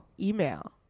email